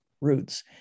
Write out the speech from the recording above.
roots